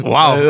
Wow